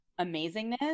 amazingness